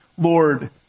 Lord